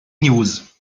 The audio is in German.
news